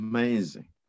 Amazing